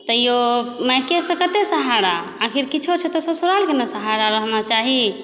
तैयो मायके से कते सहारा आखिर किछो छै तऽ ससुरालके ने सहारा रहना चाही